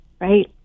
right